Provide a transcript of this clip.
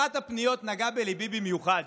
אחת הפניות נגעה לליבי במיוחד.